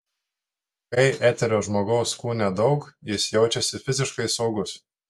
kai eterio žmogaus kūne daug jis jaučiasi fiziškai saugus